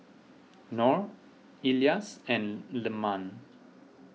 Nor Elyas and Leman